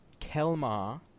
Kelma